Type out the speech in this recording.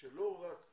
שלא רק